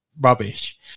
rubbish